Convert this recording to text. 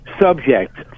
subject